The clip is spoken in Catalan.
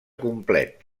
complet